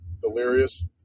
delirious